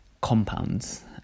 compounds